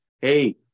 Hey